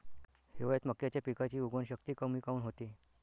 हिवाळ्यात मक्याच्या पिकाची उगवन शक्ती कमी काऊन होते?